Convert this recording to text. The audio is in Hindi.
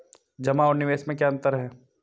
जमा और निवेश में क्या अंतर है?